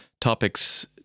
topics